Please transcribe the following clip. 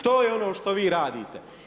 To je ono što vi radite.